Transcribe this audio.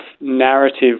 narrative